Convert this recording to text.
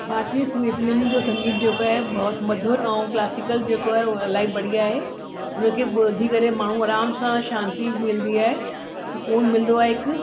भारतीय संगीत में मुंहिंजो संगीत जेको आहे बहुत मधुरु ऐं क्लासिकल जेको आहे इलाही बढ़िया आहे उनखे ॿुधी करे माण्हू आराम सां शांती मिलंदी आहे सुकूनु मिलंदो आहे हिकु